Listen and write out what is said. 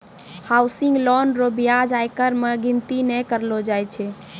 housing loan रो ब्याज आयकर मे गिनती नै करलो जाय छै